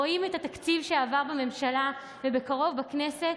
רואים את התקציב שעבר בממשלה ובקרוב בכנסת,